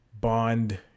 Bond